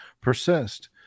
persist